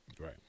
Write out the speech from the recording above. Right